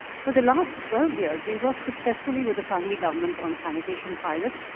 for the last twelve years, we've worked successfully with the sangli government on sanitation pilots.